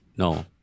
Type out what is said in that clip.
No